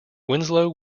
winslow